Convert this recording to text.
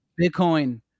Bitcoin